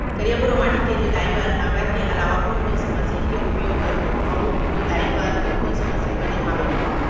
करिया, भुरवा माटी के जोताई बर नांगर के अलावा कोन कोन से मशीन के उपयोग करहुं अऊ जोताई बर कोन कोन से मशीन बने हावे?